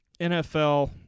NFL